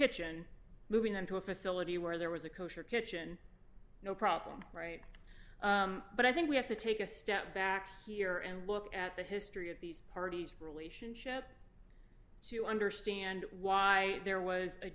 kitchen moving them to a facility where there was a kosher kitchen no problem right but i think we have to take a step back here and look at the history of these parties relationship do you understand why there was a